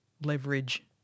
leverage